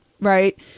right